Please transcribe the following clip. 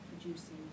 producing